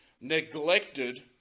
neglected